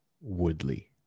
Woodley